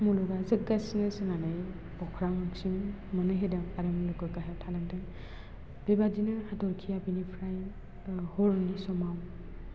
मुलुगा जोगासिनो जोनानै अख्रांसिम मोनहो हैदों आरो मुलुगा गाहायाव थालांदों बेबायदिनो हाथरखिया बेनिफ्राय हरनि समाव